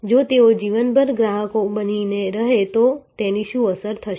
જો તેઓ જીવનભર ગ્રાહકો બની રહે તો તેની શું અસર થશે